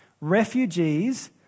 Refugees